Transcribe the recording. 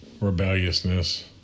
rebelliousness